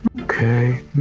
Okay